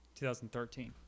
2013